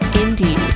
indeed